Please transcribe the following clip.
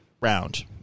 round